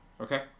Okay